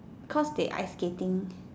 cause they ice skating